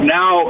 now